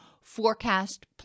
forecast